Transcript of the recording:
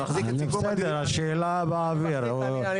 אני